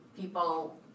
people